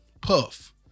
puff